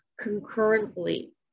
concurrently